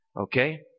okay